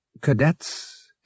Cadets